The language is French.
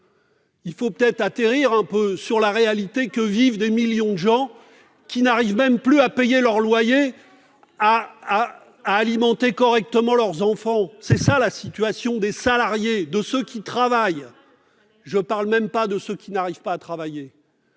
Il faudrait peut-être prendre conscience de la réalité que vivent des millions de gens qui n'arrivent même plus à payer leur loyer et à nourrir correctement leurs enfants. Voilà la situation des salariés, de ceux qui travaillent ! Je ne parle même pas de ceux qui ne trouvent pas de travail ...